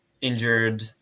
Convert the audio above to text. injured